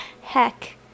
Heck